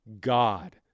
God